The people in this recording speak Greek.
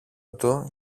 του